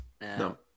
No